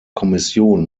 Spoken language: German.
kommission